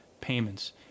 payments